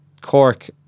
Cork